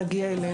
נגיע אליהם.